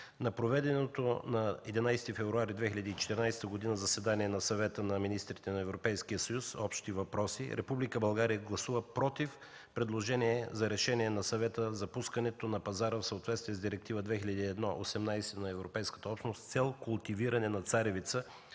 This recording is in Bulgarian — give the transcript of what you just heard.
На проведеното на 11 февруари 2014 г. заседание на Съвета на министрите на Европейския съюз – „Общи въпроси”, Република България гласува против предложение за решение на Съвета за пускането на пазара, в съответствие с Директива 2001/18 на Европейската общност, с цел култивиране на царевица